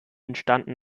entstanden